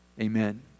Amen